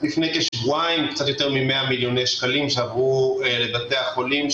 לפני כשבועיים עברו קצת יותר מ-100 מיליוני שקלים לבתי החולים.